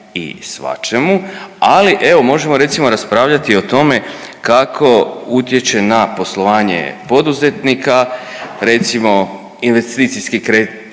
i svačemu ali evo možemo recimo raspravljati o tome kako utječe na poslovanje poduzetnika recimo investicijski kreditni